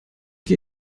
geh